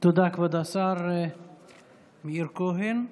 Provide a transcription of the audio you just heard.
תודה, כבוד השר מאיר כהן.